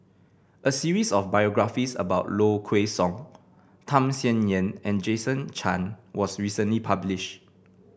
a series of biographies about Low Kway Song Tham Sien Yen and Jason Chan was recently publish